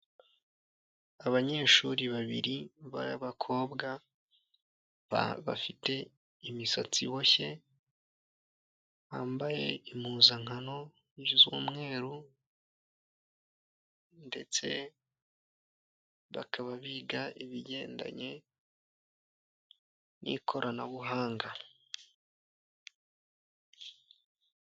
Abanyeshuri babiri b'abakobwa bafite imisatsi iboshye, bambaye impuzankano z'umweru ndetse bakaba biga ibigendanye n'ikoranabuhanga.